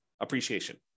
appreciation